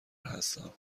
هستم